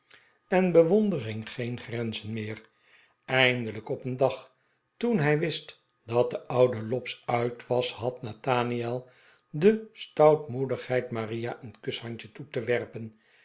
en be wondering geen grenzen meer eindelijk op een dag toen hij wist dat de oude lobbs uit was had nathaniel de stoutmoedigheid maria een kushandje toe te werpen